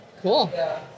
Cool